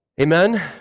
Amen